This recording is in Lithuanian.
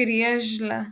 griežlę